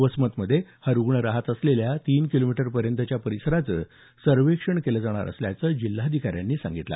वसमतमध्ये हा रूग्ण राहत असलेल्या तीन किलोमीटरपर्यंतच्या परिसराचं सर्वेक्षण केलं जाणार असल्याचं जिल्हाधिकाऱ्यांनी सांगितलं